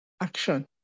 action